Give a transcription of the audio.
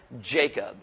Jacob